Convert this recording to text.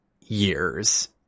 years